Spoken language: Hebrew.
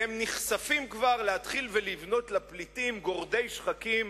והם נכספים כבר להתחיל ולבנות לפליטים גורדי שחקים